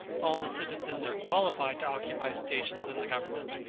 all the citizens are qualified to occupy stations in the government,